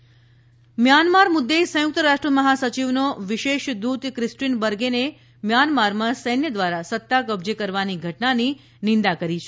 સંયુક્ત રાષ્ટ્ર Myanmar Myanmar મુદ્દે સંયુક્ત રાષ્ટ્ર મહાસચિવનો વિશેષ દૂત ક્રિસ્ટીન બર્ગેને મ્યાનમારમાં સૈન્ય દ્વારા સત્તા કબજે કરવાની ઘટનાની નિંદા કરી છે